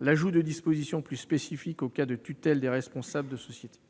l'ajout de dispositions plus spécifiques aux cas de tutelle des responsables de société.